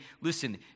listen